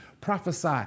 Prophesy